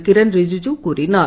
கிரண் ரிஜ்ஜு கூறினார்